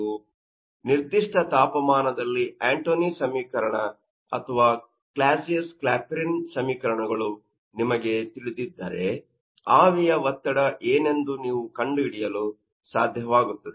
ಆದ್ದರಿಂದ ನಿರ್ದಿಷ್ಟ ತಾಪಮಾನದಲ್ಲಿ ಆಂಟೊನಿ ಸಮೀಕರಣ ಅಥವಾ ಕ್ಲಾಸಿಯಸ್ ಕ್ಲಾಪಿರಾನ್ ಸಮೀಕರಣ ಗಳು ನಿಮಗೆ ತಿಳಿದಿದ್ದರೆ ಆವಿಯ ಒತ್ತಡ ಏನೆಂದು ನೀವು ಕಂಡುಹಿಡಿಯಲು ಸಾಧ್ಯವಾಗುತ್ತದೆ